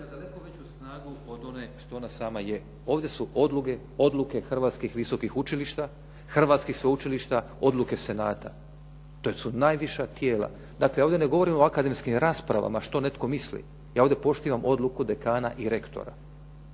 od mikrofona./ … snagu od one što ona sama je. ovdje su odluke Hrvatskih visokih učilišta, hrvatskih sveučilišta, odluke Senata. To su najviša tijela. Dakle, ovdje ne govorimo o akademskim raspravama, što netko misli. Ja ovdje poštivam odluku dekana i rektora.